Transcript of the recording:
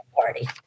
party